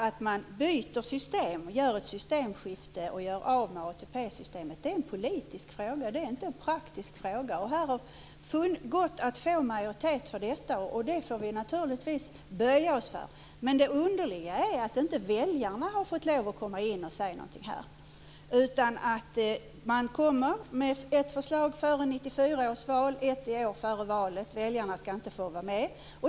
Att man gör ett systemskifte och gör sig av med ATP-systemet är en politisk fråga, inte en praktisk fråga. Det har gått att här få majoritet för detta, och det får vi naturligtvis böja oss för. Det underliga är dock att väljarna inte har fått lov att komma in och säga någonting om detta. Man har kommit med ett förslag före 1994 års val och ett i år före valet, och väljarna får inte vara med.